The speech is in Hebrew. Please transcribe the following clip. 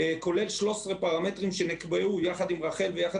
כולל 13 פרמטרים שנקבעו יחד עם רח"ל ויחד